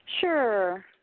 Sure